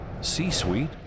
C-Suite